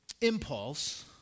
impulse